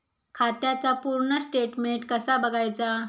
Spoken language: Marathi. खात्याचा पूर्ण स्टेटमेट कसा बगायचा?